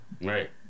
right